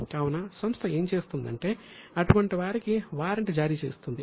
కావున సంస్థ ఏం చేస్తుందంటే అటువంటి వారికి వారెంట్ జారీ చేస్తుంది